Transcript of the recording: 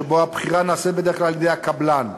שבו הבחירה נעשית בדרך כלל על-ידי הקבלן.